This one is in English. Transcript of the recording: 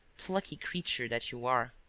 plucky creature that you are.